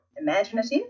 imaginative